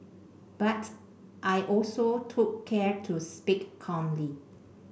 but I also took care to speak calmly